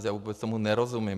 Já vůbec tomu nerozumím.